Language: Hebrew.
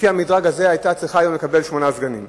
לפי המדרג הזה היתה צריכה היום לקבל שמונה סגנים.